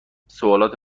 سوالات